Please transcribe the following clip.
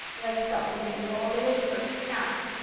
like so, we didn't go all the way through. now,